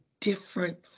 different